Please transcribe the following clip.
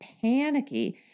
panicky